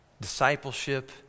Discipleship